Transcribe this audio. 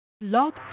Log